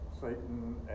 Satan